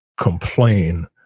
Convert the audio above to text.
complain